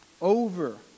over